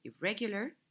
irregular